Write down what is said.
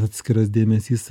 atskiras dėmesys